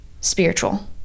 spiritual